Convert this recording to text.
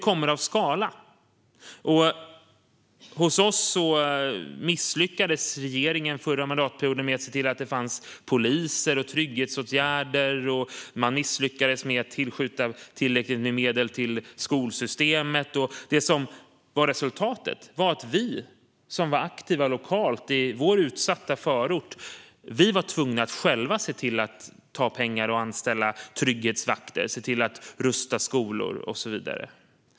Regeringen misslyckades under den förra mandatperioden med att se till att det fanns poliser och trygghetsåtgärder hos oss. Man misslyckades med att tillskjuta tillräckligt med medel till skolsystemet. Resultatet var att vi som var aktiva lokalt i vår utsatta förort själva var tvungna att ta pengar och anställa trygghetsvakter, rusta skolor och så vidare.